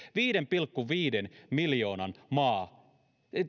viiden pilkku viiden miljoonan ihmisen maa